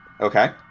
Okay